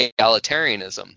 egalitarianism